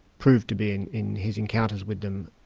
proved to be in in his encounters with them,